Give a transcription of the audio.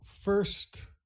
first